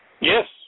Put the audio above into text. Yes